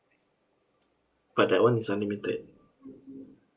but that [one] is unlimited